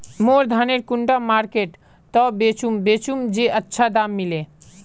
मोर धानेर कुंडा मार्केट त बेचुम बेचुम जे अच्छा दाम मिले?